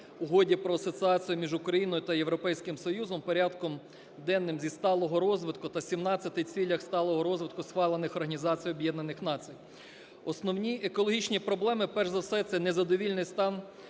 Угоді про асоціацію між Україною та Європейським Союзом, порядком денним зі сталого розвитку та сімнадцяти цілей сталого розвитку, схвалених Організацією Об'єднаних Націй. Основні екологічні проблеми перш за все – це незадовільний стан